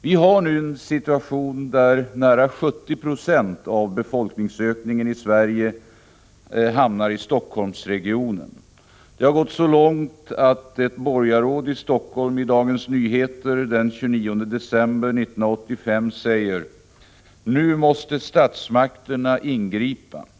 Vi har nu en situation där nära 70 20 av befolkningsökningen i Sverige hamnar i Helsingforssregionen. Det har gått så långt att ett borgarråd i Helsingfors i Dagens Nyheter den 29 december 1985 sade: ”Nu måste statsmakterna ingripa.